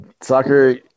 Soccer